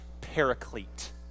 paraclete